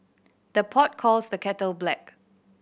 the pot calls the kettle black